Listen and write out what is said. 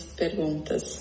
perguntas